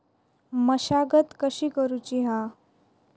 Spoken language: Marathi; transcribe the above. मशागत कशी करूची हा?